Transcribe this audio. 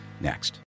next